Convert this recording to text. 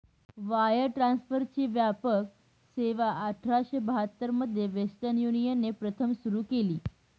wire ट्रान्सफरची व्यापक सेवाआठराशे बहात्तर मध्ये वेस्टर्न युनियनने प्रथम सुरू केली